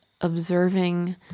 observing